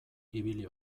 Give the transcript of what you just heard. ibili